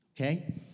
Okay